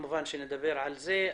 נדבר על המקרים האלה.